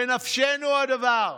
בנפשנו הדבר.